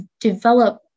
develop